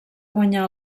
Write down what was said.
guanyar